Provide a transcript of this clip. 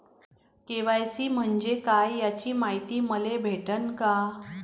KYC म्हंजे काय याची मायती मले भेटन का?